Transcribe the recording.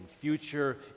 future